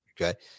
okay